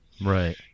Right